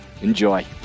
Enjoy